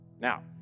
Now